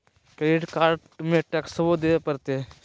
Credit card में टेक्सो देवे परते?